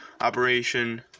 operation